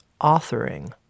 authoring